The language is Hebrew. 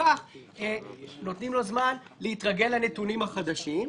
שמפוקח זמן להתרגל לנתונים החדשים.